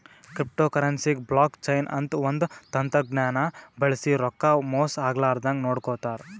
ಕ್ರಿಪ್ಟೋಕರೆನ್ಸಿಗ್ blockchain ಅಂತ್ ಒಂದ್ ತಂತಜ್ಞಾನ್ ಬಳ್ಸಿ ರೊಕ್ಕಾ ಮೋಸ್ ಆಗ್ಲರದಂಗ್ ನೋಡ್ಕೋತಾರ್